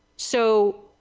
so,